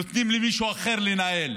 נותנים למישהו אחר לנהל.